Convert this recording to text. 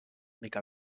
mica